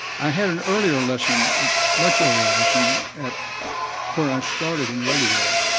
i had an earlier lesson, a much earlier lesson, at where i started in radio.